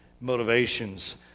motivations